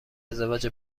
ازدواج